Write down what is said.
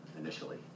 initially